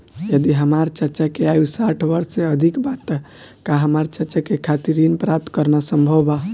यदि हमार चाचा के आयु साठ वर्ष से अधिक बा त का हमार चाचा के खातिर ऋण प्राप्त करना संभव बा?